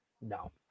No